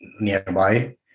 nearby